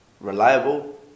reliable